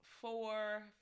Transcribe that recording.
four